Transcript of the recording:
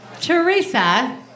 Teresa